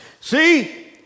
See